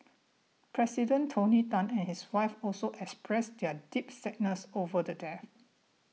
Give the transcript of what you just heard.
President Tony Tan and his wife also expressed their deep sadness over the deaths